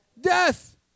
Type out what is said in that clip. Death